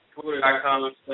twitter.com